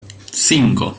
cinco